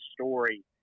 story